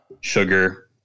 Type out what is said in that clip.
sugar